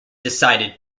decided